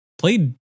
played